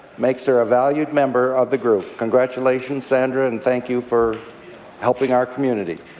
makes hear ah valued member of the group. congratulations, sandra, and thank you for helping our community.